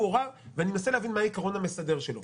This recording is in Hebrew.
ואני מנסה להבין מה העיקרון המסדר שלו.